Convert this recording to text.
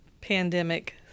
pandemic